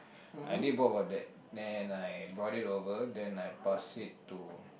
I did both of that then I brought it over then I passed it to